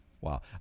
Wow